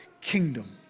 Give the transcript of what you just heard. kingdom